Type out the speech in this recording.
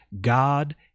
God